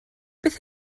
beth